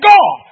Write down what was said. God